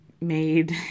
made